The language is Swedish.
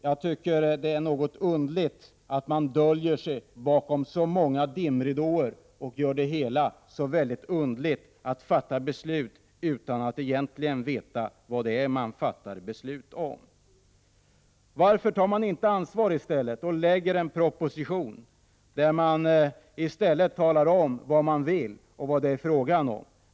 Jag tycker det är underligt att man döljer sig bakom så många dimridåer och gör det hela så egendomligt, när man fattar beslut utan att egentligen veta vad det är man fattat beslut om. Varför tar man inte i stället ansvar och lägger fram en proposition där man talar om vad man vill och vad det är fråga om?